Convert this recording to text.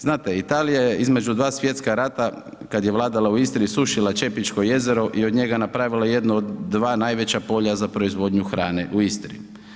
Znate, Italija je između dva svjetska rata kad je vladala u Istri i osušila Čepićko jezero i od njega napravila jednu od dva najveća polja za proizvodnju hrane u Istri.